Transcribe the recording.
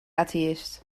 atheïst